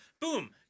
boom